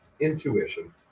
Intuition